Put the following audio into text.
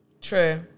True